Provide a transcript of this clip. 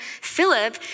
Philip